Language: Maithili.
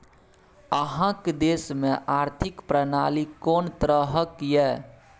अहाँक देश मे आर्थिक प्रणाली कोन तरहक यै?